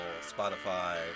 Spotify